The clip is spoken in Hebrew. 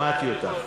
שמעתי אותך.